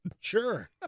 Sure